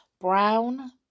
brown